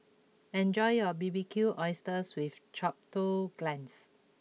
enjoy your Barbecued Oysters with Chipotle Glaze